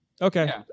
Okay